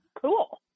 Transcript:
Cool